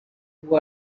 who